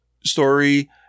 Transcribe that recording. story